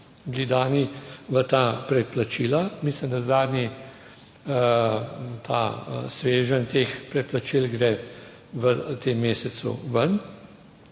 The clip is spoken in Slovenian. bili dani v ta preplačila, mislim, da zadnji, ta sveženj teh preplačil gre v tem mesecu ven.